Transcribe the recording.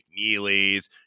McNeelys